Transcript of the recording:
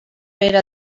era